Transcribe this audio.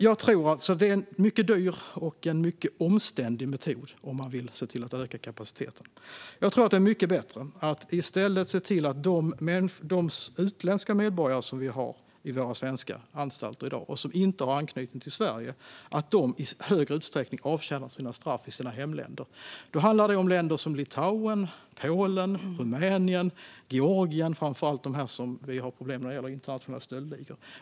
Detta är en mycket dyr och omständlig metod om man vill öka kapaciteten. Jag tror att det är mycket bättre att i stället se till att de utländska medborgare som vi i dag har på våra svenska anstalter och som inte har anknytning till Sverige avtjänar sina straff i sina hemländer i större utsträckning. Det handlar framför allt om länder som Litauen, Polen, Rumänien och Georgien, vilka vi har problem med när det gäller internationella stöldligor.